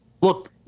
Look